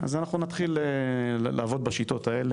אז אנחנו נתחיל לעבוד בשיטות האלה,